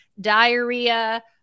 diarrhea